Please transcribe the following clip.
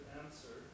answer